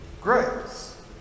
grace